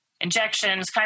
injections